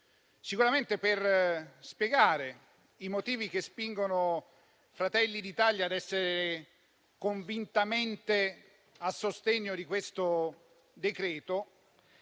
quest'oggi per spiegare i motivi che spingono Fratelli d'Italia ad essere convintamente a sostegno di questo decreto,